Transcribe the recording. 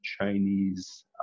Chinese